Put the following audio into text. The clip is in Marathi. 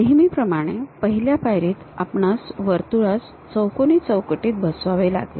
नेहमीप्रमाणे पहिल्या पायरीत आपणास वर्तुळास चौकोनी चौकटीत बसवावे लागेल